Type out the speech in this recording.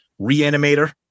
Reanimator